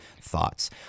thoughts